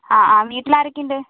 ആ വീട്ടിൽ ആരൊക്കെ ഉണ്ട്